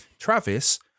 Travis